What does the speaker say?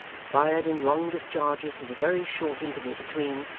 fired in long discharges with a very short interval between,